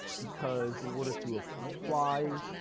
because in order to ah apply